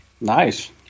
Nice